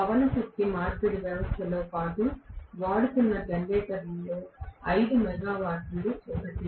పవన శక్తి మార్పిడి వ్యవస్థతో పాటు వాడుతున్న జనరేటర్లలో 5 మెగావాట్లు ఒకటి